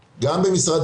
אגב,